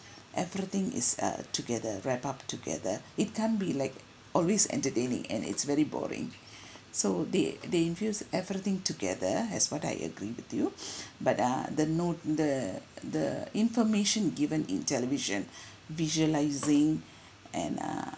everything is uh together wrapped up together it can't be like always entertaining and it's very boring so they they infuse everything together as what I agreed with you but uh the know the the information given in television visualising and uh